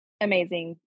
amazing